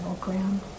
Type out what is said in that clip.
ground